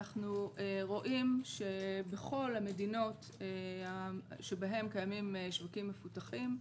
אנחנו רואים שבכל המדינות שבהן קיימים שווקים מפותחים,